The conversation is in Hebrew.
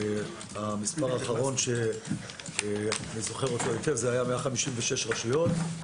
המספר האחרון שאני זוכר היטב היה 156 רשויות.